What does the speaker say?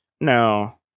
No